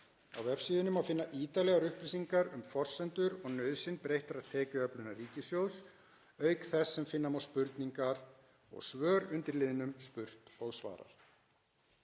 Á vefsíðunni má finna ítarlegar upplýsingar um forsendur og nauðsyn breyttrar tekjuöflunar ríkissjóðs, auk þess sem finna má spurningar og svör undir liðnum Spurt og svarað.